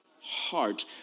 heart